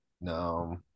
No